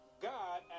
God